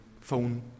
phone